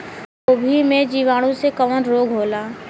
गोभी में जीवाणु से कवन रोग होला?